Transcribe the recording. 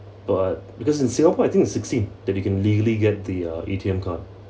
but because in singapore I think is sixteen that you can legally get the uh A_T_M card